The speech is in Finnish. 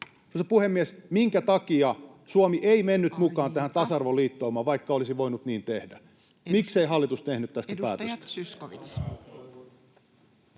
puhemies! Minkä takia Suomi ei mennyt mukaan [Puhemies: Aika!] tähän tasa-arvoliittoumaan, vaikka olisi voinut niin tehdä? Miksei hallitus tehnyt tästä päätöstä?